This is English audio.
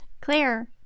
Claire